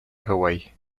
hawái